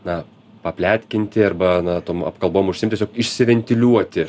na papletkinti arba na tom apkalbom užsiimt tiesiog išsiventiliuoti